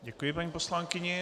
Děkuji paní poslankyni.